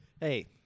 Hey